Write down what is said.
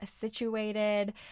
situated